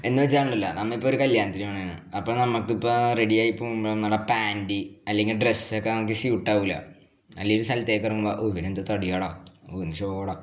എന്ന് വെച്ചാൽ ഉണ്ടല്ലോ നമ്മൾ ഇപ്പോൾ ഒരു കല്യാണത്തിന് പോണാണ് അപ്പോൾ നമുക്ക് ഇപ്പം റെഡി ആയി പോകുമ്പോൾ നമ്മുടെ പാന്റ് അല്ലെങ്കിൽ ഡ്രസ്സ് ഒക്കെ നമുക്ക് സ്യൂട്ട് ആകില്ല അല്ലെങ്കിൽ ഒരു സ്ഥലത്തേക്ക് ഇറങ്ങുമ്പോൾ ഓ ഇവന് എന്ത് തടിയാണെടാ ഓന് ഷോ എടാ